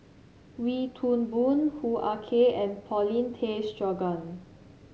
Wee Toon Boon Hoo Ah Kay and Paulin Tay Straughan